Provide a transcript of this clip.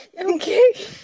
Okay